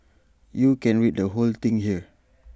you can read the whole thing here